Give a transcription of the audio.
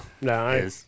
No